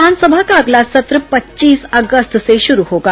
विधानसभा का अगला सत्र पच्चीस अगस्त से शुरू होगा